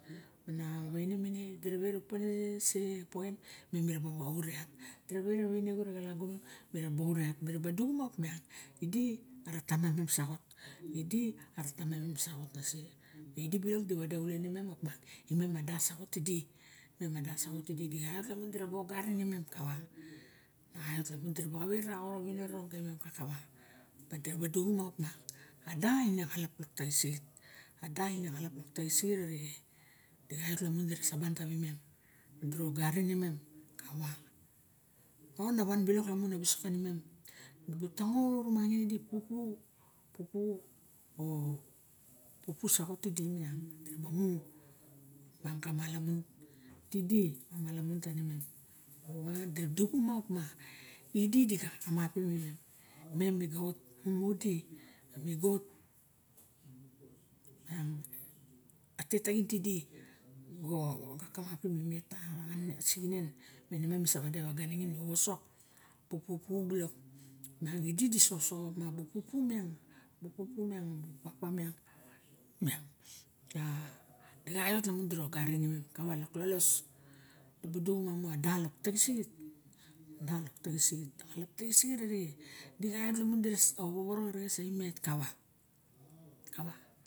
Na nene mene di ra vet opa mem miar opa sexa poen mem mira ba ot yat di ma vera wane xa lagunon miraba or yat miraba duxuma opiang idi ara tamam mem saxot idi aratamam me saxot ma idi balok di vade xulen imem opa ma da saxot dirabu xave xara xoro viniro kava madiraba duxuma bara ada ine talap taxin taxisikit arixen a da ine xalap taxisikit naxaiot lamu dira saban tavimem diro garin e nem kava o nava balok lamun ka visok kimem dibu tango romangain idi pupu o pupu saxot tidi miang ka malamun tidi ma malamun mem moxova di, duxuma baling ma idi di kamapim i mem, mem miga ot mumu di, diga ot miang ka tet taxin tidi moxo kamapim met tasixinen ma misa vade vaga ningin ma visor ma pupu bilok ma idi di osoxo pupu miang papa miang ma kioy lamun diro garin e mem kava lok lolos dibu duxumst da lok taxisixit a xalap taxisixit arixe di xaiot lamun dira vovoro xerexes savimem kava kava.